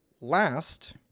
last